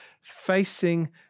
facing